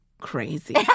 crazy